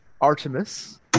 Artemis